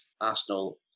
Arsenal